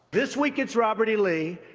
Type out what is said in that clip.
this week, it's robert e. lee.